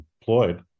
employed